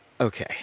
Okay